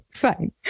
fine